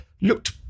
looked